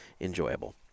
enjoyable